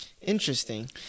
Interesting